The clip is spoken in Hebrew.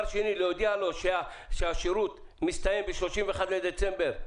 שנית, להודיע שהשירות מסתיים ב-31 בדצמבר,